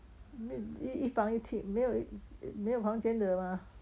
一房一厅没有没有房间的吗